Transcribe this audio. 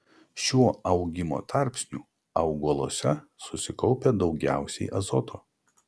šiuo augimo tarpsniu augaluose susikaupia daugiausiai azoto